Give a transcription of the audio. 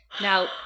Now